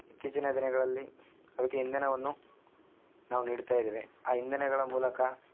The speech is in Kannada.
ಇತ್ತೀಚಿನ ದಿನಗಳಲ್ಲಿ ಅದಕ್ಕೆ ಇಂಧನವನ್ನು ನಾವು ನೀಡ್ತಾಯಿದ್ದೇವೆ ಆ ಇಂಧನಗಳ ಮೂಲಕ